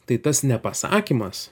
tai tas nepasakymas